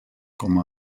com